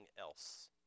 else